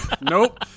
Nope